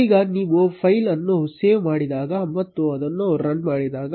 ಈಗ ನೀವು ಫೈಲ್ ಅನ್ನು ಸೇವ್ ಮಾಡಿದಾಗ ಮತ್ತು ಅದನ್ನು ರನ್ ಮಾಡಿದಾಗ